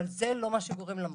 אבל זה לא מה שגורם למחסור.